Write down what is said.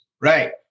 Right